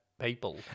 people